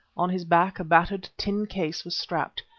on his back a battered tin case was strapped,